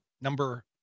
number